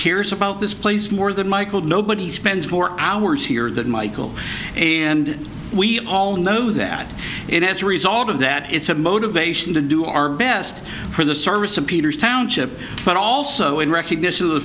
cares about this place more than michael nobody spends four hours here than michael and we all know that it has a result of that it's a motivation to do our best for the service of peter's township but also in recognition of the